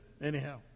anyhow